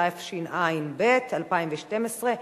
התשע"ב 2012,